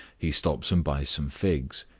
he stops and buys some figs.